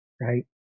right